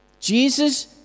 Jesus